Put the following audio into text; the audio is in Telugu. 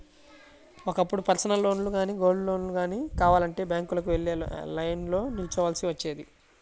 ఒకప్పుడు పర్సనల్ లోన్లు గానీ, గోల్డ్ లోన్లు గానీ కావాలంటే బ్యాంకులకు వెళ్లి లైన్లో నిల్చోవాల్సి వచ్చేది